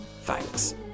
Thanks